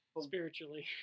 Spiritually